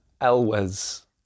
Elwes